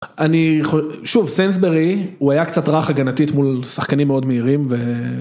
אני שוב, סיינסברי הוא היה קצת רך הגנתית מול שחקנים מאוד מהירים